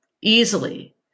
easily